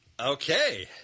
Okay